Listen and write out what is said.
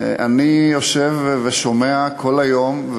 אני יושב ושומע כל היום,